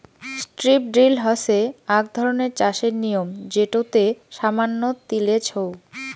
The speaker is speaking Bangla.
স্ট্রিপ ড্রিল হসে আক ধরণের চাষের নিয়ম যেটোতে সামান্য তিলেজ হউ